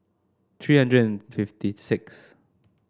three hundred and fifty six